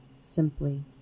simply